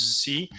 see